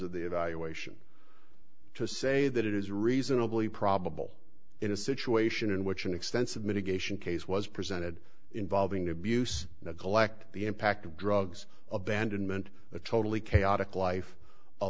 of the evaluation to say that it is reasonably probable in a situation in which an extensive mitigation case was presented involving abuse neglect the impact of drugs abandonment a totally chaotic life